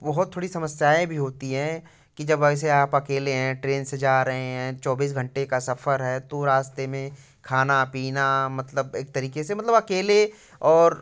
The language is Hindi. बहुत थोड़ी समस्याएँ भी होती हैं कि जब ऐसे आप अकेले हैं ट्रेन से जा रहे हैं चौबीस घंटे का सफ़र है तो रास्ते में खाना पीना मतलब एक तरीके से मतलब अकेले और